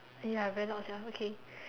ya I very lost ya okay